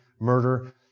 murder